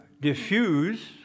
diffuse